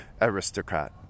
aristocrat